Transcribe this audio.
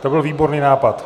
To byl výborný nápad.